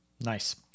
Nice